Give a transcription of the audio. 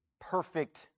Perfect